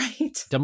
right